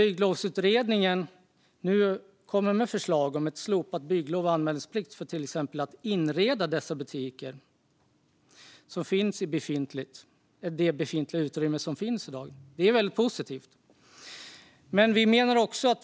Bygglovsutredningen har lagt fram förslag om slopad bygglovsplikt och anmälningsplikt för att inreda dessa butiker i redan befintliga utrymmen. Det är positivt.